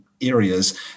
areas